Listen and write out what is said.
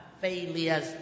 failures